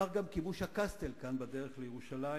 כך גם כיבוש הקסטל כאן, בדרך לירושלים,